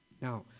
Now